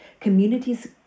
communities